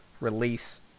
release